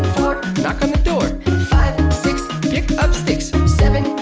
knock on the door five, six pick up sticks seven,